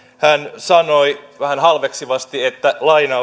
hän sanoi vähän halveksivasti että